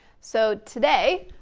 so today,